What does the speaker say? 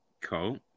Cool